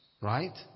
Right